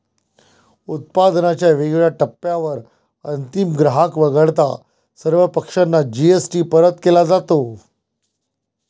उत्पादनाच्या वेगवेगळ्या टप्प्यांवर अंतिम ग्राहक वगळता सर्व पक्षांना जी.एस.टी परत केला जातो